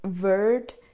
word